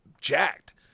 Jacked